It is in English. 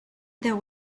there